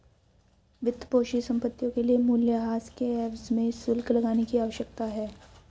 वित्तपोषित संपत्तियों के लिए मूल्यह्रास के एवज में शुल्क लगाने की आवश्यकता है